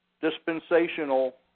dispensational